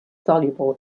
soluble